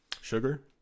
sugar